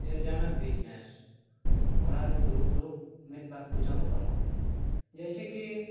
ᱡᱮ ᱡᱟᱦᱟᱱᱟᱜ ᱵᱤᱡᱽᱱᱮᱥ ᱚᱲᱟᱜ ᱨᱮ ᱫᱩᱲᱩᱵ ᱫᱩᱲᱩᱵ ᱢᱤᱫ ᱵᱟᱨ ᱯᱚᱭᱥᱟ ᱦᱚᱸ ᱠᱟᱢᱟᱜ ᱜᱮᱭᱟ ᱡᱮᱥᱮ ᱠᱤ